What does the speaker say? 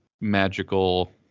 magical